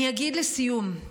אני אגיד לסיום,